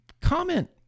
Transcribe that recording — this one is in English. comment